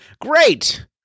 Great